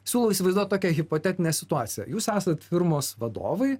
siūlau įsivaizduot tokią hipotetinę situaciją jūs esat firmos vadovai